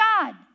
God